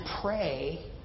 pray